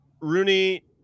Rooney